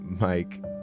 Mike